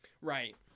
Right